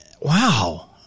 Wow